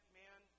man